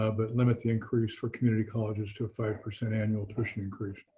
ah but limit the increase for community colleges to a five percent annual tuition increase.